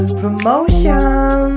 promotion